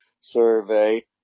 survey